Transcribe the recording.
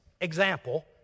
example